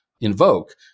invoke